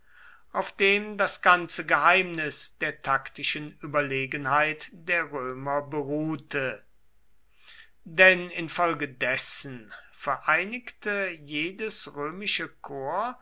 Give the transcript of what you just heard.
auf dem das ganze geheimnis der taktischen überlegenheit der römer beruhte denn infolgedessen vereinigte jedes römische